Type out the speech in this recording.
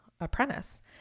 apprentice